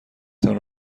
تان